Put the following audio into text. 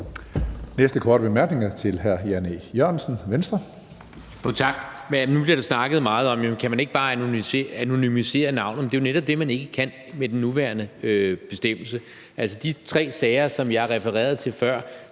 Næste korte bemærkning er til hr. Jan E. Jørgensen, Venstre.